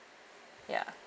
ya